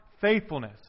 faithfulness